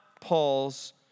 Paul's